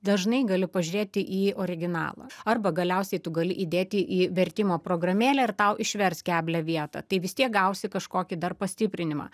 dažnai gali pažiūrėti į originalą arba galiausiai tu gali įdėti į vertimo programėlę ir tau išvers keblią vietą tai vis tiek gausi kažkokį dar pastiprinimą